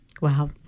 wow